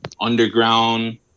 underground